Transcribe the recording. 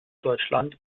deutschland